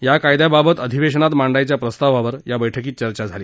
या कायद्याबाबत अधिवेशनात मांडायच्या प्रस्तावावर या बैठकीत चर्चा झाली